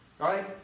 right